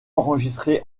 enregistrés